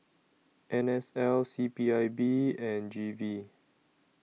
N S L C P I B and G V